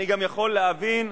אני גם יכול להבין,